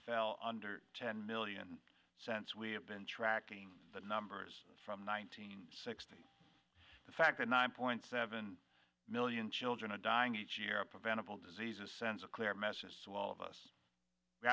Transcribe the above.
fell under ten million cents we have been tracking the numbers from nineteen sixty the fact that nine point seven million children a dying each year of preventable diseases sends a clear message to all of us we